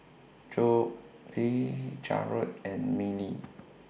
Jobe Jarrad and Miley